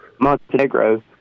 Montenegro